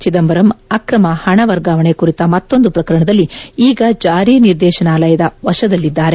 ಚಿದಂಬರಂ ಅಕ್ರಮ ಹಣ ವರ್ಗಾವಣೆ ಕುರಿತ ಮತ್ತೊಂದು ಪ್ರಕರಣದಲ್ಲಿ ಈಗ ಜಾರಿ ನಿರ್ದೇಶನಾಲಯದ ವಶದಲ್ಲಿದ್ದಾರೆ